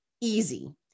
easy